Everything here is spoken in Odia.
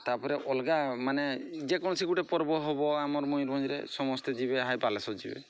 ତା'ପରେ ଅଲଗା ମାନେ ଯେକୌଣସି ଗୋଟେ ପର୍ବ ହେବ ଆମର ମୟୂରଭଞ୍ଜରେ ସମସ୍ତେ ଯିବେ ବାଲେଶ୍ଵର ଯିବେ